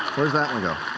where does that one go?